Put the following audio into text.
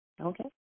Okay